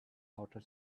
outer